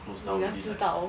你怎样知道